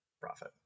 profit